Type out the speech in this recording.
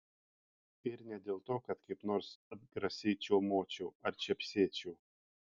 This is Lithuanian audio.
ir ne dėl to kad kaip nors atgrasiai čiaumočiau ar čepsėčiau